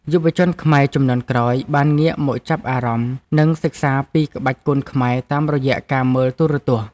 យុវជនខ្មែរជំនាន់ក្រោយបានងាកមកចាប់អារម្មណ៍ និងសិក្សាពីក្បាច់គុនខ្មែរតាមរយៈការមើលទូរទស្សន៍។